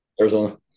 Arizona